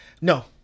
No